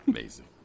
Amazing